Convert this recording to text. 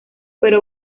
pero